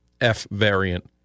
F-variant